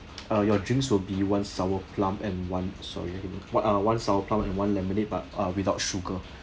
uh your drinks will be one sour plum and one sorry uh one sour plum and one lemonade but uh without sugar